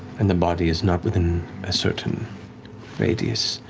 and the body is not within a certain radius,